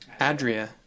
Adria